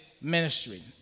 ministry